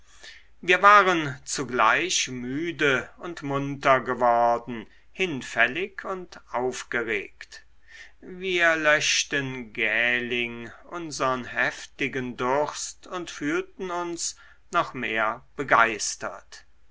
wir waren zugleich müde und munter geworden hinfällig und aufgeregt wir löschten gähling unsern heftigen durst und fühlten uns noch mehr begeistert